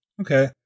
Okay